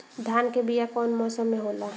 धान के बीया कौन मौसम में होला?